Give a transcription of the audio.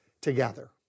together